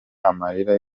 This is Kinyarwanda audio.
amarira